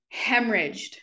hemorrhaged